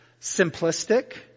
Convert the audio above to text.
simplistic